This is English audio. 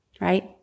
right